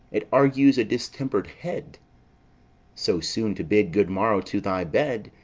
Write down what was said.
it argues a distempered head so soon to bid good morrow to thy bed.